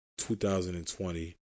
2020